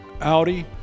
Audi